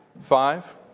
Five